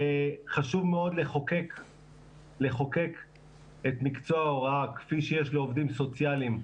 חשוב מאוד לחוקק את מקצוע ההוראה כפי שיש לעובדים סוציאליים,